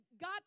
God